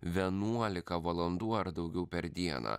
vienuolika valandų ar daugiau per dieną